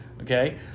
Okay